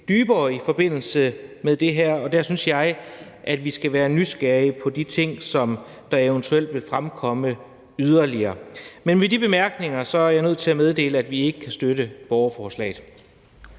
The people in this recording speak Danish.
dybere i forbindelse med det her, og der synes jeg vi skal være nysgerrige på de ting, som der eventuelt yderligere vil fremkomme. Men med de bemærkninger er jeg nødt til at meddele, at vi ikke kan støtte borgerforslaget.